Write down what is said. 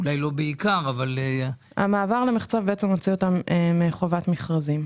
אולי לא בעיקר --- המעבר למחצב מוציא אותם מחובת מכרזים,